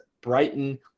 Brighton